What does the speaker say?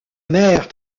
mère